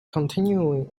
continuing